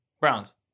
Browns